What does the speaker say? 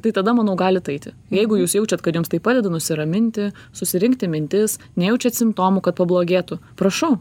tai tada manau galit eiti jeigu jūs jaučiat kad jums tai padeda nusiraminti susirinkti mintis nejaučiat simptomų kad pablogėtų prašau